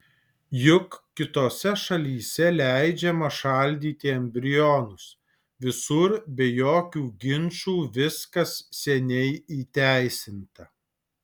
juk kitose šalyse leidžiama šaldyti embrionus visur be jokių ginčų viskas seniai įteisinta